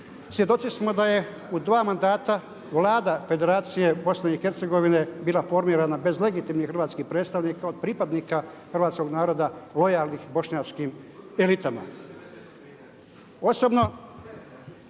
Svjedoci smo da je u dva mandata Vlada Federacije Bosne i Hercegovine bila formirana bez legitimnih hrvatskih predstavnika od pripadnika hrvatskog naroda lojalnih bošnjačkim elitama.